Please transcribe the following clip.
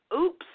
oops